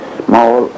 small